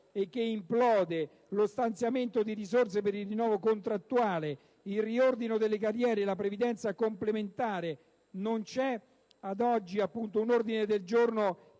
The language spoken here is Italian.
e che implodono, e lo stanziamento di risorse per il rinnovo contrattuale e il riordino delle carriere e la previdenza complementare. Non c'è ad oggi un ordine del giorno